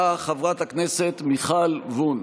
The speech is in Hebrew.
באה חברת הכנסת מיכל וונש,